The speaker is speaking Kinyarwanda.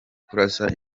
kurasa